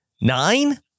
nine